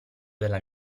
della